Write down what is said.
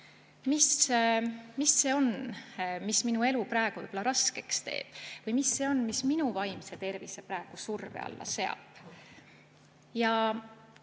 Mis see on, mis minu elu praegu raskeks teeb, või mis see on, mis minu vaimse tervise praegu surve alla seab?